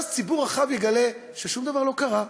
ואז ציבור רחב יגלה ששום דבר לא קרה,